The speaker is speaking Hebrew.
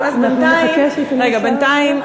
בינתיים,